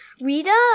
Rita